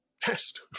test